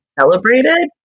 celebrated